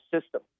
system